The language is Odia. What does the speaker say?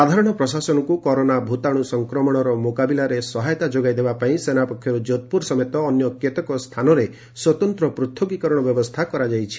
ସାଧାରଣ ପ୍ରଶାସନକୁ କରୋନା ଭୂତାଣୁ ସଫକ୍ରମଣର ମୁକାବିଲାରେ ସହାୟତା ଯୋଗାଇଦେବା ପାଇଁ ସେନା ପକ୍ଷରୁ ଯୋଧପୁର ସମେତ ଅନ୍ୟ କେତେକ ସ୍ଥାନରେ ସ୍ୱତନ୍ତ୍ର ପୂଥକୀକରଣ ବ୍ୟବସ୍ଥା କରାଯାଇଛି